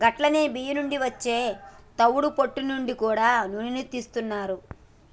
గట్లనే బియ్యం నుండి అచ్చే తవుడు పొట్టు నుంచి గూడా నూనెను తీస్తున్నారు